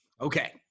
Okay